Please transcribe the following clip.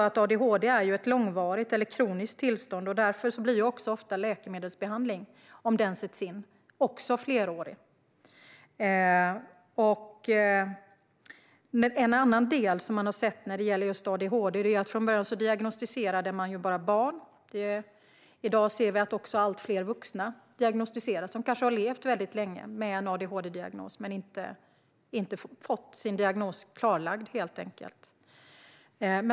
Adhd är ju ett långvarigt eller kroniskt tillstånd, och därför blir läkemedelsbehandling, om sådan sätts in, ofta flerårig. Från början var det bara barn som diagnostiserades med adhd, men i dag ser vi att allt fler vuxna diagnostiseras. De har kanske levt länge med adhd utan att få diagnosen klarlagd.